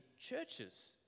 churches